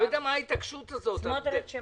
מה ההתעקשות הזאת על תקציב